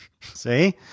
See